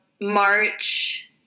March